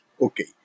Okay